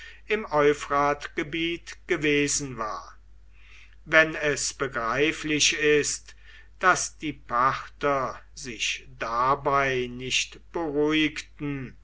im euphratgebiet gewesen war wenn es begreiflich ist daß die parther sich dabei nicht beruhigten